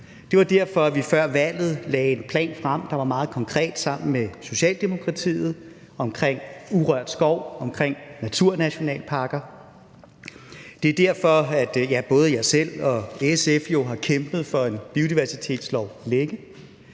Det var derfor, at vi før valget lagde en plan frem, der var meget konkret, sammen med Socialdemokratiet omkring urørt skov og omkring naturnationalparker. Det er derfor, ja, både jeg selv og SF jo har kæmpet for en biodiversitetslov længe,